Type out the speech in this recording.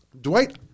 Dwight